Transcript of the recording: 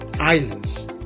islands